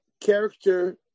Character